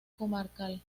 comarcal